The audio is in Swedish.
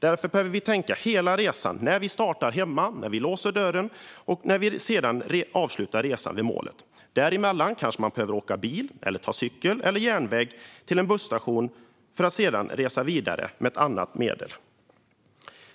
Därför behöver vi tänka på hela resan, från att vi startar hemma - när vi låser dörren - tills vi avslutar resan vid målet. Däremellan kanske man behöver åka bil eller cykla till en järnväg eller busstation för att sedan resa vidare med tåg eller buss.